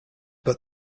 but